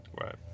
Right